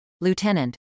Lieutenant